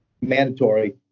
mandatory